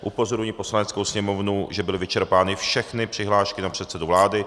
Upozorňuji Poslaneckou sněmovnu, že byly vyčerpány všechny přihlášky na předsedu vlády.